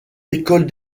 écoles